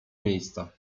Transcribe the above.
miejsca